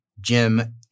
Jim